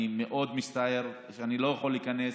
אני מאוד מצטער שאני לא יכול להיכנס.